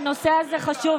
חברת הכנסת דיסטל,